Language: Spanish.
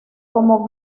como